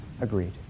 Agreed